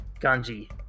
Ganji